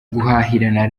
guhahirana